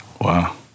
Wow